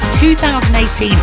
2018